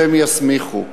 שהם יסמיכו.